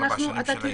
ארבע שנים של היישום?